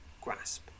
Grasp